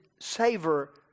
savor